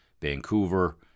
Vancouver